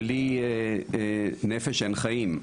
בלי נפש אין חיים.